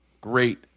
great